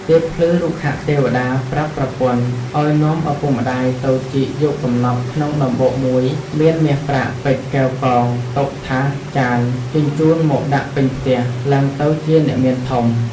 ទៀបភ្លឺរុក្ខទេវតាប្រាប់ប្រពន្ធឱ្យនាំឪពុកម្ដាយទៅជីកយកកំណប់ក្នុងដំបូកមួយមាន មាសប្រាក់ ពេជ្រ កែវ់កង តុ ថាស ចាន ជញ្ជូនមកដាក់ពេញផ្ទះ ឡើងទៅជាអ្នកមានធំ។